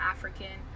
African